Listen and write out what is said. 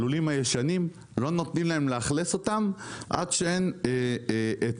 הלולים הישנים לא נותנים להם לאכלס אותם עד שאין היתר,